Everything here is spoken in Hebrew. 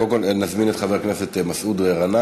אבל קודם כול נזמין את חבר הכנסת מסעוד גנאים.